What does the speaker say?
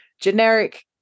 Generic